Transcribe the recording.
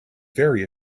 very